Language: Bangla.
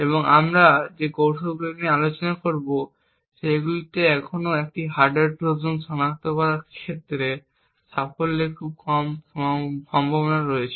এবং আমরা যে কৌশলগুলি নিয়ে আলোচনা করব সেগুলিতে এখনও একটি হার্ডওয়্যার ট্রোজান সনাক্ত করার ক্ষেত্রে সাফল্যের খুব কম সম্ভাবনা রয়েছে